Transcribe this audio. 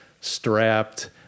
strapped